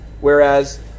Whereas